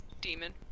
demon